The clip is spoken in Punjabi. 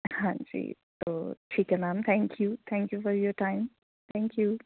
ਹਾਂਜੀ ਸੋ ਠੀਕ ਹੈ ma'am thank you thank you for your time thank you